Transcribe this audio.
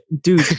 dude